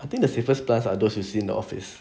I think the safest plants are those you see in the office